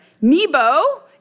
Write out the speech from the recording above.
Nebo